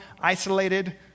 isolated